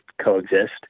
coexist